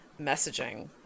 messaging